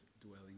dwelling